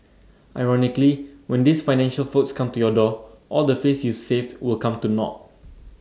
ironically when these financial folks come to your door all the face you've saved will come to naught